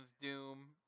Doom